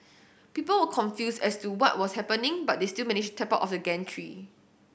people were confused as to what was happening but they still managed tap out of the gantry